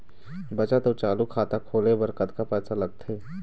बचत अऊ चालू खाता खोले बर कतका पैसा लगथे?